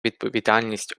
відповідальність